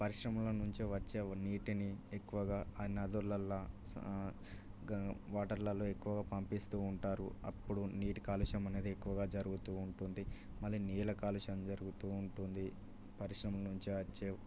పరిశ్రమల నుంచి వచ్చే నీటిని ఎక్కువగా నదులల్లో స గ వాటర్లలో ఎక్కువ పంపిస్తూ ఉంటారు అప్పుడు నీటి కాలుష్యం అనేది ఎక్కువగా జరుగుతూ ఉంటుంది మళ్ళీ నీళ్ళ కాలుష్యం ఎక్కువగా జరుగుతూ ఉంటుంది పరిశ్రమలు నుంచి వచ్చే